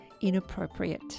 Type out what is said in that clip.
inappropriate